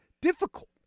difficult